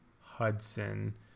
Hudson